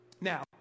Now